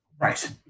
Right